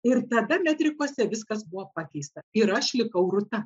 ir tada metrikose viskas buvo pakeista ir aš likau rūta